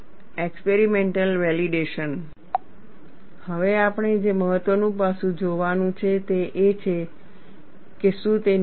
experimental validation હવે આપણે જે મહત્ત્વનું પાસું જોવાનું છે તે એ છે કે શું તે ન્યાયી છે